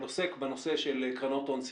אבל עוסק בנושא של קרנות הון סיכון.